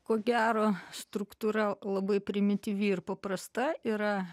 ko gero struktūra labai primityvi ir paprasta yra